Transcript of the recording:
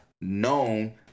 known